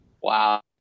Wow